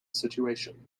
situation